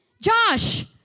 Josh